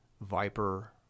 Viper